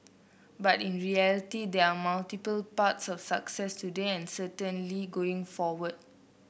but in reality there are multiple paths of success today and certainly going forward